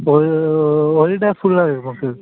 ഒരൂ ഒരു day full ആണോ നമുക്ക്